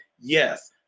yes